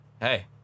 Hey